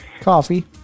Coffee